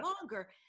longer